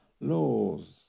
laws